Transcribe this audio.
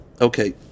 Okay